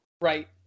Right